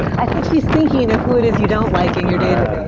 i think she's thinking of who it is you don't like in your